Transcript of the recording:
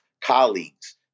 colleagues